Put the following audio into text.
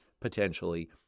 potentially